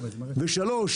דבר שלישי,